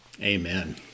Amen